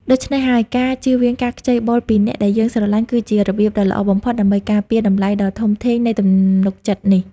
ដូច្នេះហើយ ការជៀសវាងការខ្ចីបុលពីអ្នកដែលយើងស្រឡាញ់ គឺជារបៀបដ៏ល្អបំផុតដើម្បីការពារតម្លៃដ៏ធំធេងនៃទំនុកចិត្តនេះ។